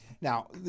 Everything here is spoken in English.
Now